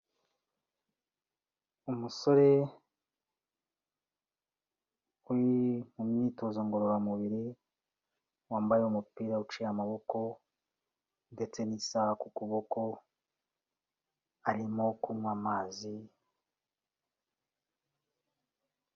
Umusore uri mu myitozo ngororamubiri, wambaye umupira uciye amaboko ndetse n'isaha ku kuboko, arimo kunywa amazi.